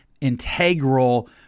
integral